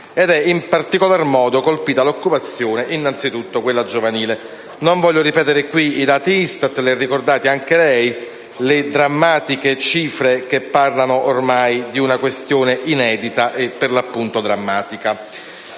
ed è in particolar modo colpita l'occupazione, innanzitutto quella giovanile. E non voglio ripetere in questa sede i dati ISTAT, che lei ha già ricordato, le drammatiche cifre che parlano ormai di una questione inedita e, per l'appunto, drammatica.